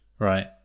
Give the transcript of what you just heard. Right